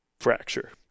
fracture